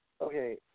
Okay